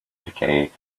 decay